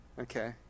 okay